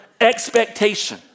expectation